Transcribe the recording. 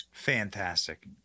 Fantastic